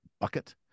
bucket